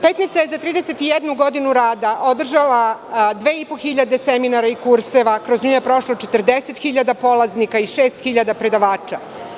Petnica je za 31 godinu rada održala 2.500 seminara i kurseva, kroz nju je prošlo 40.000 polaznika i 6.000 predavača.